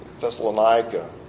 Thessalonica